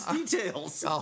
details